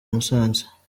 musanze